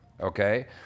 Okay